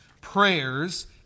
prayers